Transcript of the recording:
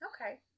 Okay